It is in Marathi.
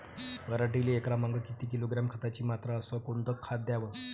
पराटीले एकरामागं किती किलोग्रॅम खताची मात्रा अस कोतं खात द्याव?